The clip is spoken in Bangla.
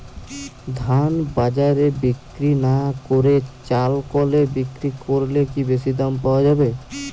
ধান বাজারে বিক্রি না করে চাল কলে বিক্রি করলে কি বেশী দাম পাওয়া যাবে?